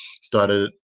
started